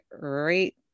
right